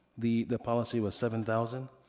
the the policy was seven thousand,